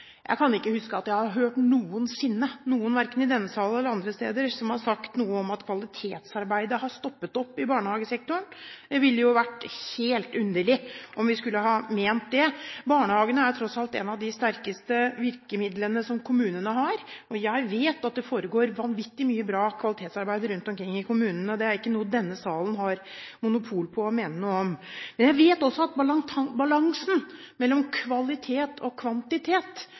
Jeg kan ikke huske at jeg noensinne har hørt noen, verken i denne sal eller andre steder, som har sagt noe om at kvalitetsarbeidet har stoppet opp i barnehagesektoren. Det ville jo vært helt underlig om vi skulle ha ment det. Barnehagene er tross alt et av de sterkeste virkemidlene som kommunene har, og jeg vet at det foregår vanvittig mye bra kvalitetsarbeid rundt omkring i kommunene. Det er ikke noe denne salen har monopol på å mene noe om. Jeg vet også at balansen mellom kvalitet og kvantitet